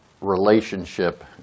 relationship